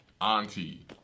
auntie